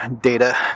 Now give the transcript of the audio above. data